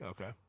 okay